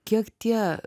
kiek tie